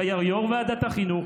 שהיה יו"ר ועדת החינוך,